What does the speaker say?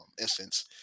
instance